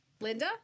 Linda